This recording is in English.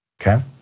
Okay